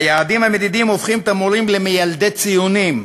היעדים המדידים הופכים את המורים למיילדי ציונים,